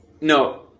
No